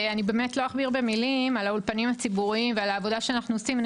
אכביר במילים על האולפנים הציבוריים ועל העבודה שאנחנו עושים.